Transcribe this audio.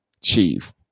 chief